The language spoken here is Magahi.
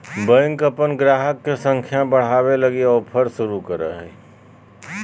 बैंक अपन गाहक के संख्या बढ़ावे लगी ऑफर शुरू करो हय